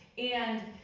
and